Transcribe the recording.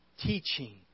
Teaching